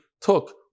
took